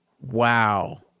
Wow